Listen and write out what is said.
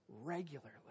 regularly